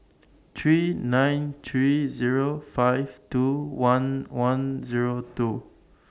three nine three Zero five two one one Zero two